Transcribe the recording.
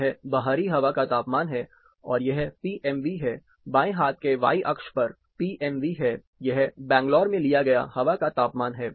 यह बाहरी हवा का तापमान है और यह PMV है बाएं हाथ की वाई अक्ष पर PMV है यह बैंगलोर में लिया गया हवा का तापमान है